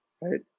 right